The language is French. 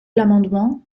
l’amendement